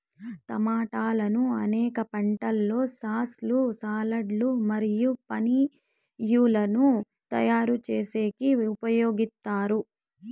టమోటాలను అనేక వంటలలో సాస్ లు, సాలడ్ లు మరియు పానీయాలను తయారు చేసేకి ఉపయోగిత్తారు